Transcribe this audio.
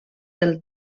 del